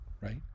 Right